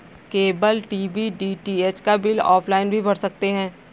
cable TV DTH का bill offline भी भर सकते हैं